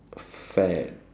fad